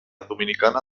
dominicana